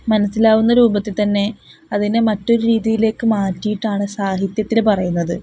മനസ്സിലാവുന്ന രൂപത്തിൽ തന്നെ അതിനെ മറ്റൊരു രീതിയിലേക്കു മാറ്റിയിട്ടാണു സാഹിത്യത്തില് പറയുന്നത്